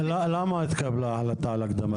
למה התקבלה החלטה על הקדמת ההליך?